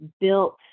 built